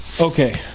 okay